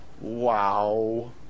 Wow